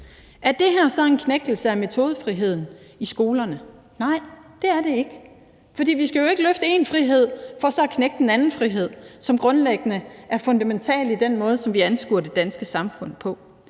Er det her så en knægtelse af metodefriheden i skolerne? Nej, det er det ikke, for vi skal ikke løfte en frihed for så at knægte en anden frihed, som er grundlæggende og fundamental for den måde, som vi anskuer det danske samfund på.